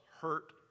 hurt